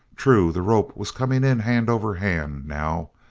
true, the rope was coming in hand over hand, now,